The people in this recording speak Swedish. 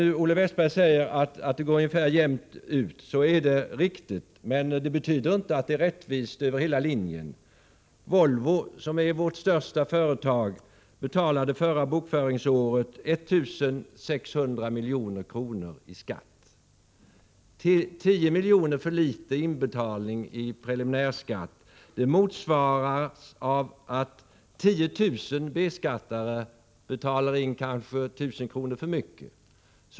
När Olle Westberg säger att det går ungefär jämnt upp är det riktigt, men det betyder inte att det är rättvist över hela linjen. Volvo, som är vårt största företag, betalade förra bokföringsåret 1 600 milj.kr. i skatt. 10 miljoner för litet i inbetald preliminärskatt motsvaras av att 10 000 B-skattare betalar in kanske 1 000 kr. för mycket.